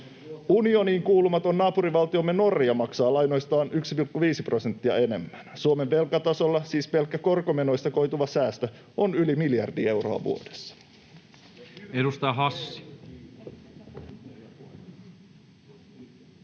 Unioniin kuulumaton naapurivaltiomme Norja maksaa lainoistaan 1,5 prosenttia enemmän. Suomen velkatasolla siis pelkkä korkomenoista koituva säästö on yli miljardi euroa vuodessa.